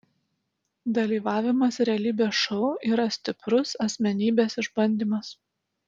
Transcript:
dalyvavimas realybės šou yra stiprus asmenybės išbandymas